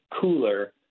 cooler